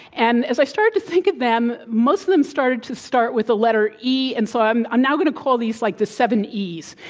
and as i started to think of them, most of them started to start with the letter e, and so i'm now going to call these like the seven es.